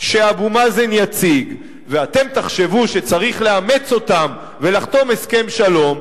שאבו מאזן יציג ואתם תחשבו שצריך לאמץ אותן ולחתום הסכם שלום,